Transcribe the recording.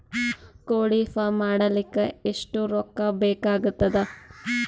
ಕೋಳಿ ಫಾರ್ಮ್ ಮಾಡಲಿಕ್ಕ ಎಷ್ಟು ರೊಕ್ಕಾ ಬೇಕಾಗತದ?